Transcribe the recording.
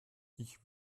ich